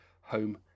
home